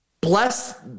Bless